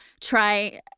try